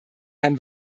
herrn